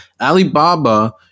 Alibaba